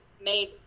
made